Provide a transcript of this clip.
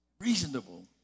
Reasonable